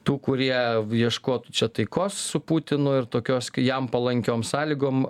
tų kurie ieškotų čia taikos su putinu ir tokios kai jam palankiom sąlygom